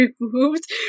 removed